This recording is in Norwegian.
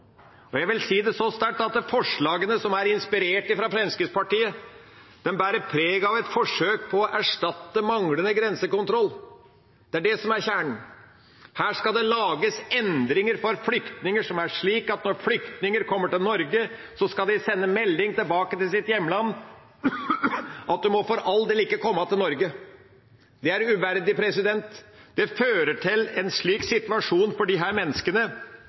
NHO. Jeg vil si det så sterkt at forslagene som er inspirert av Fremskrittspartiet, bærer preg av et forsøk på å erstatte manglende grensekontroll. Det er det som er kjernen. Her skal det lages endringer for flyktninger som er slik at når flyktninger kommer til Norge, skal de sende melding tilbake til sitt hjemland om at en for all del ikke må komme til Norge. – Dette er uverdig. Det fører til en situasjon for disse menneskene